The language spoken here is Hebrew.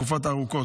תקופות ארוכות,